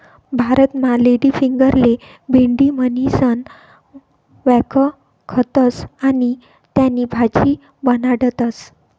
भारतमा लेडीफिंगरले भेंडी म्हणीसण व्यकखतस आणि त्यानी भाजी बनाडतस